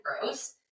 gross